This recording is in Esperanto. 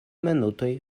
minutoj